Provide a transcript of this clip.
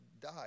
died